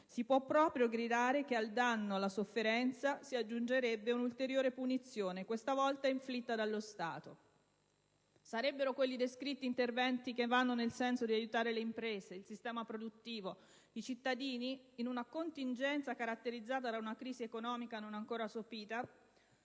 Si può proprio gridare che al danno e alla sofferenza si aggiungerebbe un'ulteriore punizione, questa volta inflitta dallo Stato. Sarebbero quelli descritti interventi che vanno nel senso di aiutare le imprese, il sistema produttivo, i cittadini in una contingenza caratterizzata da una crisi economica non ancora sopita?